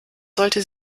sollte